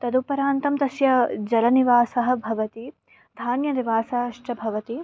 तदुपरान्तं तस्य जलनिवासः भवति धान्यनिवासाश्च भवन्ति